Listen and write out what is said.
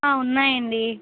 ఉన్నాయండి